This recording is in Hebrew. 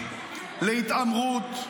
להתעמרות,